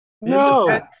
No